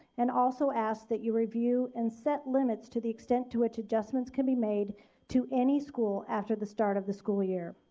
and also ask that you review and set limits to the extent to which adjustments can be made to any school after the start of the school year.